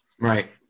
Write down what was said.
Right